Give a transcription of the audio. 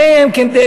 הרי הן כדלקמן: